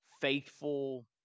faithful